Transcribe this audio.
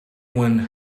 when